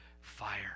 fire